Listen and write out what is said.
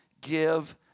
give